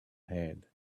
head